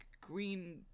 green